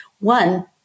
One